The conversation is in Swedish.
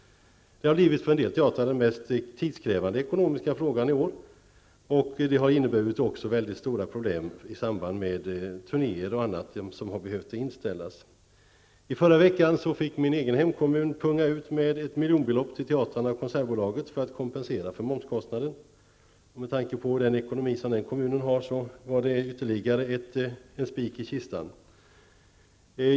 Detta har för en del teatrar blivit den mest tidskrävande ekonomiska frågan i år. Det har också inneburit stora problem i samband med att turnéer och annat har fått ställas in. Förra veckan fick min egen hemkommun punga ut med ett miljonbelopp till teatrarna och konsertbolaget för att kompensera för momskostnaden. Med tanke på den ekonomi som den kommunen har var det ytterligare en spik i kistan.